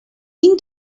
این